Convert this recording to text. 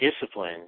discipline